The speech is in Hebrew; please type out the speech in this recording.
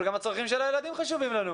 אבל גם הצרכים של הילדים חשובים לנו.